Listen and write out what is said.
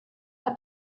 her